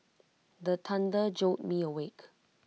the thunder jolt me awake